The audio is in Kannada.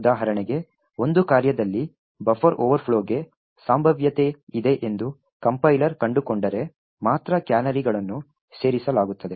ಉದಾಹರಣೆಗೆ ಒಂದು ಕಾರ್ಯದಲ್ಲಿ ಬಫರ್ ಓವರ್ಫ್ಲೋಗೆ ಸಂಭಾವ್ಯತೆ ಇದೆ ಎಂದು ಕಂಪೈಲರ್ ಕಂಡುಕೊಂಡರೆ ಮಾತ್ರ ಕ್ಯಾನರಿಗಳನ್ನು ಸೇರಿಸಲಾಗುತ್ತದೆ